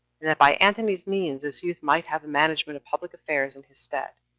and that by antony's means this youth might have the management of public affairs in his stead